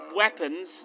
weapons